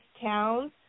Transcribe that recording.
towns